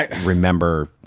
remember